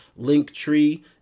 LinkTree